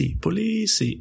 police